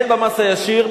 הן במס הישיר,